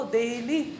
daily